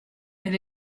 elle